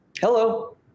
Hello